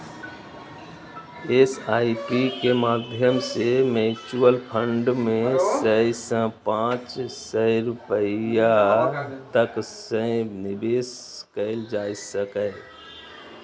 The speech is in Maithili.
एस.आई.पी के माध्यम सं म्यूचुअल फंड मे सय सं पांच सय रुपैया तक सं निवेश कैल जा सकैए